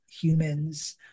humans